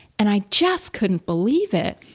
and i just couldn't believe it.